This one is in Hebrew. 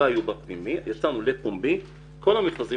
יצאנו לפומבי, כל המכרזים,